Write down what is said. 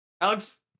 Alex